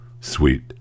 sweet